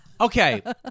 Okay